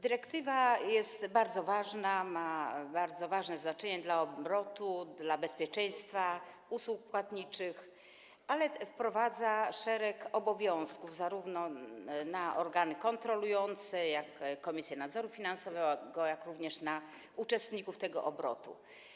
Dyrektywa jest bardzo ważna, ma bardzo ważne znaczenia dla obrotu, dla bezpieczeństwa usług płatniczych, ale nakłada szereg obowiązków zarówno na organy kontrolujące, takie jak Komisja Nadzoru Finansowego, jak i na uczestników tego obrotu.